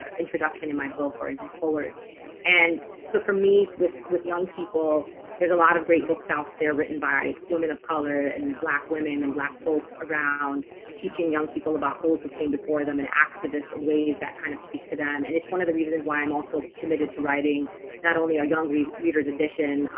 ah introduction in my book or in his foreword and so for me with with young people there's a lot of great books out there written by women of color and black women and black folks around teaching young people about those who came before them and activists in ways that kind of speak to them and it's one of the reasons why i'm also committed to writing not only a young readers edition,